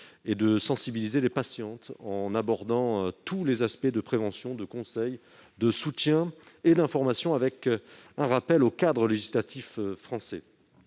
et de sensibiliser les patientes en abordant tous les aspects de prévention, de conseil, de soutien et d'information, avec un rappel du cadre législatif français.